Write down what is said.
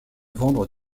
vendre